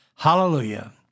Hallelujah